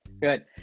Good